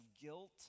guilt